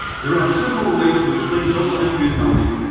there are several ways to explain double entry accounting.